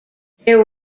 there